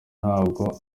ntabwo